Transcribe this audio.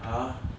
!huh!